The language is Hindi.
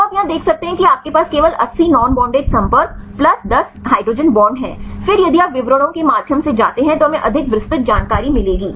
तो आप यहां देख सकते हैं कि आपके पास केवल 80 नोन बॉंडेड संपर्क प्लस 10 हाइड्रोजन बांड हैं फिर यदि आप विवरणों के माध्यम से जाते हैं तो हमें अधिक विस्तृत जानकारी मिलेगी